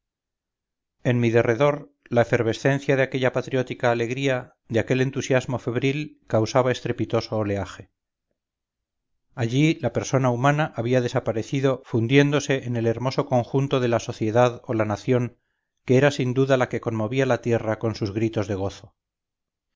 en mi derredor la efervescencia de aquella patriótica alegría de aquel entusiasmo febril causaba estrepitoso oleaje allí la persona humana había desaparecido fundiéndose en el hermoso conjunto de la sociedad o la nación que era sin duda la que conmovía la tierra con sus gritos de gozo